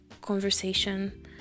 conversation